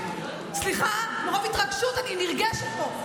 סליחה, מרוב התרגשות, אני נרגשת פה.